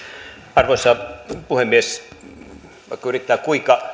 arvoisa puhemies vaikka yrittää